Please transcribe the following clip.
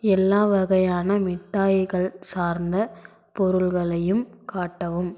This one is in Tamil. எல்லா வகையான மிட்டாய்கள் சார்ந்த பொருள்களையும் காட்டவும்